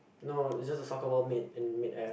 no it just a soccer ball mid in mid air